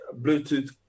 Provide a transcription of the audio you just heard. Bluetooth